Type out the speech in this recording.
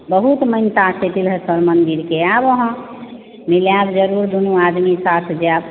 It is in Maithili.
बहुत मान्यता छै तिलहेश्वर मन्दिरके आयब अहाँ मिलब जरूर दुनू आदमी साथ जायब